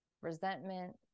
resentment